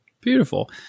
beautiful